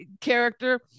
character